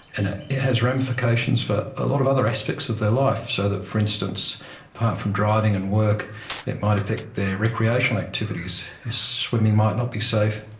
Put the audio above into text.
and it has ramifications for a lot of other aspects of their life, so that for instance apart from driving and work it might affect their recreational activities swimming might not be safe,